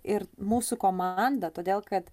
ir mūsų komandą todėl kad